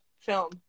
film